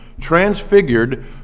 transfigured